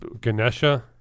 Ganesha